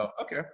Okay